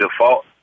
default